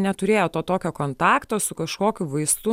neturėjo to tokio kontakto su kažkokiu vaistu